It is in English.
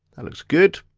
that looks good.